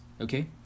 okay